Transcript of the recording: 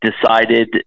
Decided